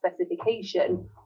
specification